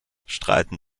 streiten